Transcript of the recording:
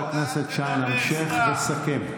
חבר הכנסת שיין, המשך וסכם.